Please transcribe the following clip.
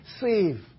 save